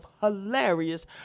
hilarious